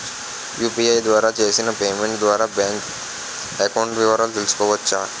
UPI ద్వారా చేసిన payment ద్వారా బ్యాంక్ అకౌంట్ వివరాలు తెలుసుకోవచ్చ?